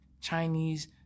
Chinese